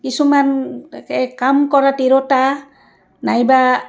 কিছুমান এই কাম কৰা তিৰোতা নাইবা